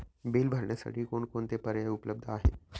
Bill भरण्यासाठी कोणकोणते पर्याय उपलब्ध आहेत?